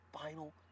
final